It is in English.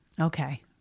Okay